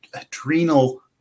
adrenal